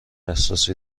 احساسی